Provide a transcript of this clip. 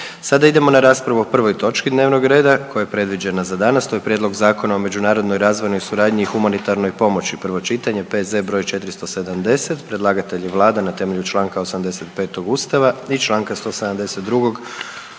sada idemo na raspravu o prvoj točki dnevnog reda koja je predviđena za danas, to je: - Prijedlog Zakona o međunarodnoj razvojnoj suradnji i humanitarnoj pomoći, prvo čitanje, P.Z. br. 470; Predlagatelj je Vlada na temelju čl. 85. Ustava i čl. 172.